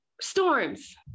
storms